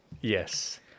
Yes